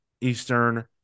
Eastern